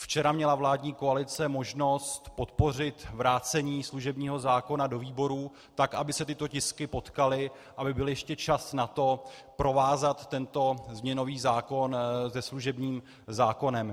Včera měla vládní koalice možnost podpořit vrácení služebního zákona do výborů, tak aby se tyto tisky potkaly, aby byl ještě čas na to, provázat tento změnový zákon se služebním zákonem.